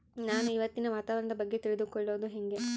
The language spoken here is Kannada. ನಾನು ಇವತ್ತಿನ ವಾತಾವರಣದ ಬಗ್ಗೆ ತಿಳಿದುಕೊಳ್ಳೋದು ಹೆಂಗೆ?